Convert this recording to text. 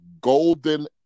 golden